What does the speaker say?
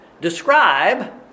describe